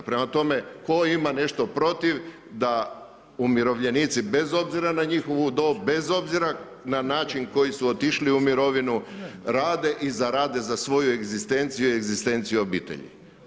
Prema tome, tko ima nešto protiv da umirovljenici bez obzira na njihovu na njihovu dob, bez obzora na način na koji su otišli u mirovinu rade i zarade za svoju egzistenciju i egzistenciju obitelji.